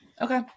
Okay